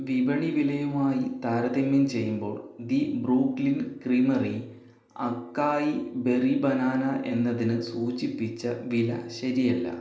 വിപണി വിലയുമായി താരതമ്യം ചെയ്യുമ്പോൾ the Brooklyn Creamery acai berry banana എന്നതിന് സൂചിപ്പിച്ച വില ശരിയല്ല